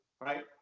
right